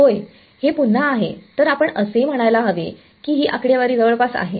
होय हे पुन्हा आहे तर आपण असे म्हणायला हवे की ही आकडेवारी जवळपास आहे